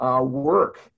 work